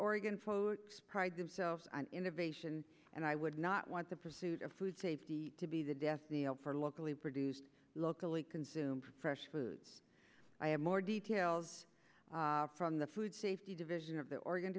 folks pride themselves on innovation and i would not want the pursuit of food safety to be the death for locally produced locally consume fresh foods i am more details from the food safety division of the oregon